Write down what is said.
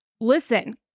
listen